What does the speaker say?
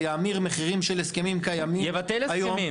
זה יאמיר מחירים של הסכמים קיימים היום.